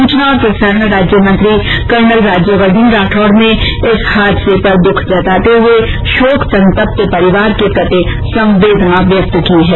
सूचना और प्रसारण राज्य मंत्री कर्नल राज्यवर्द्वन राठौड़ ने इस हादसे पर दुख जताते हुए शोक संतप्त परिवार के प्रति संवेदना व्यक्त की है